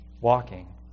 walking